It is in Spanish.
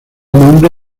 nombre